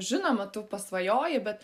žinoma tu pasvajoji bet